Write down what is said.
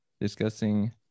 discussing